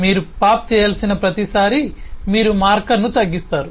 మీరు పాప్ చేయాల్సిన ప్రతిసారీ మీరు మార్కర్ను తగ్గిస్తారు